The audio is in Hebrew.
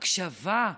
הקשבה,